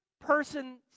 person